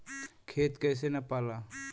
खेत कैसे नपाला?